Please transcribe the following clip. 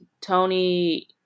Tony